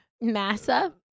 Massa